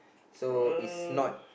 so is not